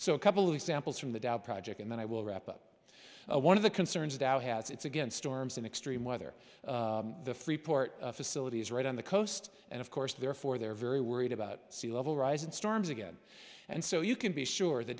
so a couple of examples from the dow project and then i will wrap up one of the concerns dow has it's again storms in extreme weather the freeport facility is right on the coast and of course therefore they're very worried about sea level rise and storms again and so you can be sure the